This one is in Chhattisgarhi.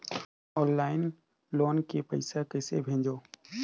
ऑनलाइन लोन के पईसा कइसे भेजों?